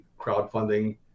crowdfunding